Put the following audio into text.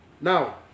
Now